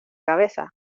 cabeza